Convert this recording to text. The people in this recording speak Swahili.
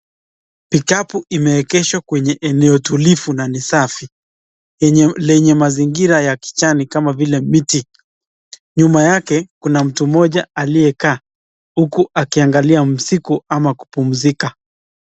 Pikapu imeegeshwa kwenye eneo tulivu na ni safi, lenye mazingira ya kijani kama vile miti. Nyuma yake kuna mtu mmoja aliyekaa huku akiangalia msitu ama kupumzika.